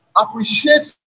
appreciates